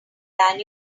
than